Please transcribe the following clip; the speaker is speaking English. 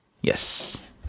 Yes